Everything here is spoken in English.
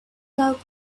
thought